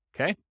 okay